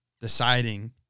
deciding